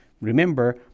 remember